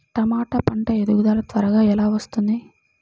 టమాట పంట ఎదుగుదల త్వరగా ఎలా వస్తుంది?